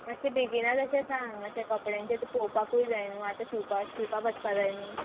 मातशें बेगीनाच अशें सांग मातशें कपड्यांचे तें पोवपाकूय जाय न्हू आतां शिवपा शिवपा वचपा जाय न्हू